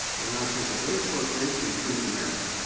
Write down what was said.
we'll now take a very short break and turn to the merits.